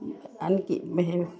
আনকি